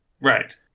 Right